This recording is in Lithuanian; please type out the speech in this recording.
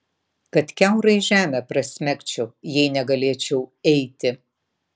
kad kiaurai žemę prasmegčiau jei negalėčiau eiti